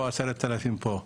עשרת אלפים פה,